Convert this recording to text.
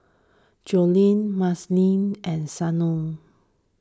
Jolene Madisyn and Santo